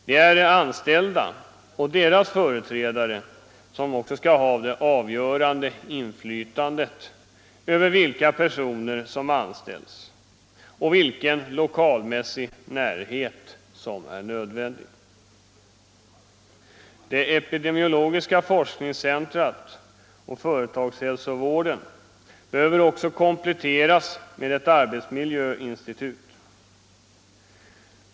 Det är de anställdas och deras företrädare som skall ha det avgörande inflytandet över vilka personer som engageras inom företagshälsovården och vilken lokalmässig närhet som är nödvändig. Det epidemiologiska forskningscentrumet och företagshälsovården behöver också kompletteras med ett arbetsmiljöinstitut.